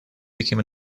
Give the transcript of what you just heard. became